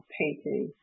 painting